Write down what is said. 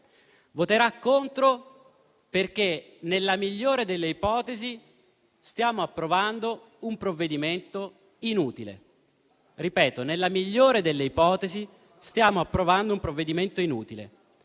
provvedimento perché, nella migliore delle ipotesi, stiamo per approvare un provvedimento inutile. Ripeto: nella migliore delle ipotesi stiamo approvando un provvedimento inutile;